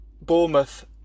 Bournemouth